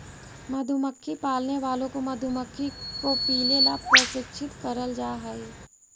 मधुमक्खी पालने वालों को मधुमक्खी को पीले ला प्रशिक्षित करल जा हई